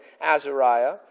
Azariah